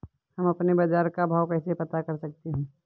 हम अपने बाजार का भाव कैसे पता कर सकते है?